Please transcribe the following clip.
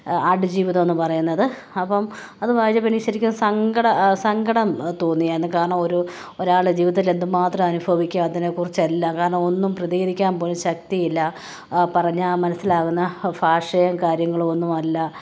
ആടുജീവിതം എന്ന് പറയുന്നത് അപ്പോള് അത് വായിച്ചപ്പോള് എനിക്ക് ശരിക്കും സങ്കട സങ്കടം തോന്നി അതിന് കാരണം ഒരു ഒരാളുടെ ജീവിതത്തിൽ എന്തുമാത്രം അനുഭവിക്കുകയാണ് അതിനെക്കുറിച്ചെല്ലാം കാരണം ഒന്നും പ്രതികരിക്കാന്പോലും ശക്തിയില്ല പറഞ്ഞാല് മനസ്സിലാകുന്ന ഭാഷയോ കാര്യങ്ങളോ ഒന്നും അല്ല